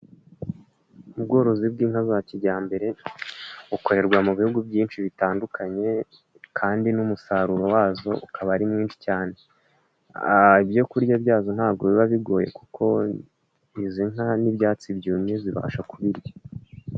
Ubworozi bw'inka za kijyambere. Bukorerwa mu bihugu byinshi bitandukanye kandi n'umusaruro wazo ukaba ari mwinshi cyane. Ibyo kurya byazo ntabwo biba bigoye kuko izi nka n'ibyatsi byumye zibasha kubirya.